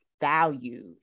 value